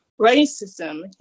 Racism